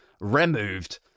removed